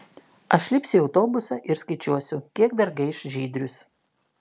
aš lipsiu į autobusą ir skaičiuosiu kiek dar gaiš žydrius